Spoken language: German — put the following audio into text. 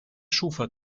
schufa